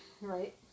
Right